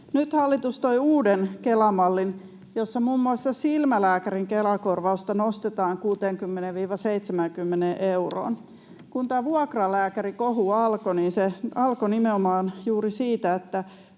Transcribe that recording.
Nyt hallitus toi uuden Kela-mallin, jossa muun muassa silmälääkärin Kela-korvausta nostetaan 60—70 euroon. Kun tämä vuokralääkärikohu alkoi, niin se alkoi nimenomaan juuri siitä, että